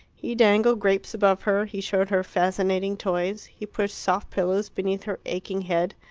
he dangled grapes above her, he showed her fascinating toys, he pushed soft pillows beneath her aching head.